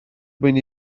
mwyn